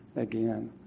again